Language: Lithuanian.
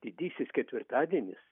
didysis ketvirtadienis